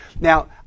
Now